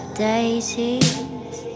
daisies